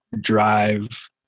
drive